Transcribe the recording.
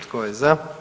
Tko je za?